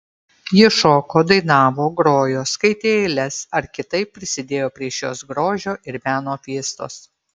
jie šoko dainavo grojo skaitė eiles ar kitaip prisidėjo prie šios grožio ir meno fiestos